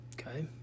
Okay